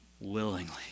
willingly